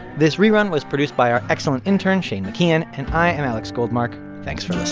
this rerun was produced by our excellent intern shane mckeon. and i am alex goldmark. thanks for